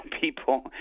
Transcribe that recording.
people